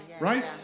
right